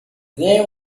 there